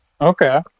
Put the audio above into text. Okay